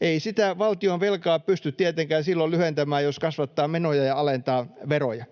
Ei sitä valtionvelkaa pysty tietenkään silloin lyhentämään, jos kasvattaa menoja ja alentaa veroja.